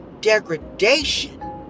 Degradation